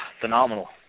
Phenomenal